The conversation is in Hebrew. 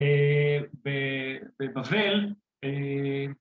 ‫בבבל